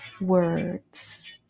words